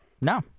No